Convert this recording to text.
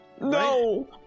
No